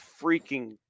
freaking